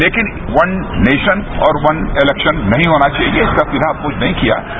लेकिन one nation और one election नहीं होना चाहिए इसका सीधा अपोज नहीं किया है